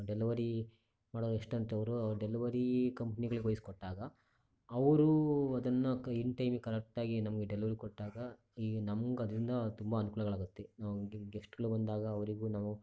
delivery ಮಾಡುವ restaurant ಅವರು delivery ಕಂಪ್ನಿಗಳಿಗೆ ವಹಿಸಿಕೊಟ್ಟಾಗ ಅವರು ಅದನ್ನು ಇನ್ ಟೈಮಿಗೆ ಕರೆಕ್ಟಾಗಿ ನಮಗೆ ಡೆಲಿವರಿ ಕೊಟ್ಟಾಗ ಈಗ ನಮ್ಗೆ ಅದರಿಂದ ತುಂಬ ಅನುಕೂಲಗಳಾಗುತ್ತೆ ನಾವು ಗೆಸ್ಟ್ಗಳು ಬಂದಾಗ ಅವರಿಗೂ ನಾವು